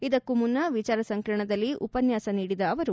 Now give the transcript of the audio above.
ಇದಕ್ಕೂ ಮುನ್ನ ವಿಚಾರ ಸಂಕಿರಣದಲ್ಲಿ ಉಪನ್ಯಾಸ ನೀಡಿದ ಅವರು